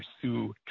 pursue